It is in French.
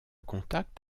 contact